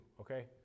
okay